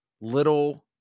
little